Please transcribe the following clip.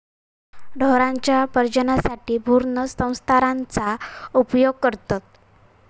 ढोरांच्या प्रजननासाठी भ्रूण स्थानांतरणाचा उपयोग करतत